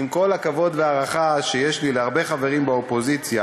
עם כל הכבוד וההערכה שיש לי להרבה חברים באופוזיציה,